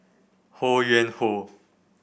Ho Yuen Hoe